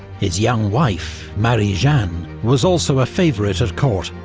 his young wife, marie-jeanne, was also a favourite at court,